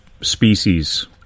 species